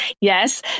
yes